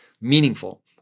meaningful